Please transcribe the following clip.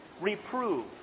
reprove